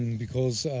because i